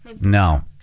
No